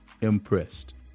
impressed